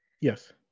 yes